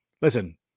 Listen